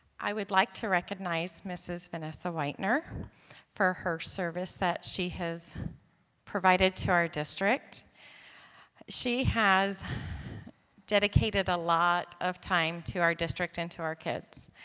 i would like to recognize mrs. venessa whitener for her service that she has provided to our district she has dedicated a lot of time to our district and to our kids.